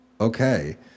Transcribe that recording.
Okay